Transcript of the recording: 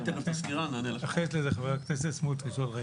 אני אתייחס לזה עוד רגע, חבר הכנסת סמוטריץ'.